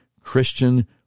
Christian